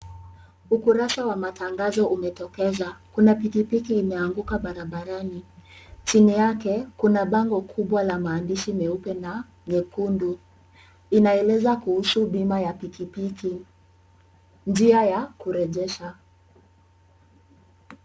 Ukurasa wa matangazo umetokeza. Kuna piki piki imeanguka barabarani. Chini yake, kuna bango kubwa la maandishi meupe na nyekundu. Inaeleza kuhusu bima ya piki piki, njia ya kurejesha.